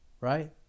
right